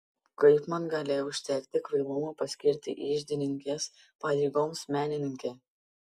kaip man galėjo užtekti kvailumo paskirti iždininkės pareigoms menininkę